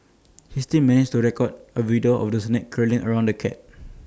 he still managed to record A video of the snake curling around the cat